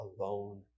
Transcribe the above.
alone